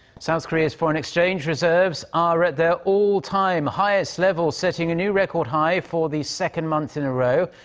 south korea's foreign exchange reserves are at their all-time highest level. setting a new record high for the second month in a row.